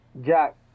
Jack